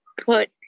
put